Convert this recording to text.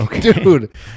dude